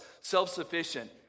self-sufficient